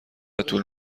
طول